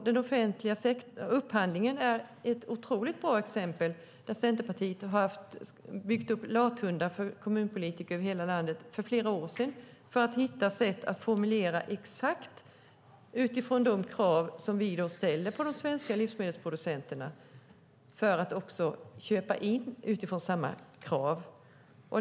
Den offentliga upphandlingen är ett otroligt bra exempel där Centerpartiet för flera år sedan utarbetade lathundar för kommunpolitiker över hela landet för att hitta exakta formuleringar utifrån de krav som vi ställer på de svenska livsmedelsproducenterna och köpa in utifrån samma krav.